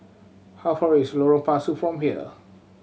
how far is Lorong Pasu from here